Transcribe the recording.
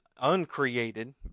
uncreated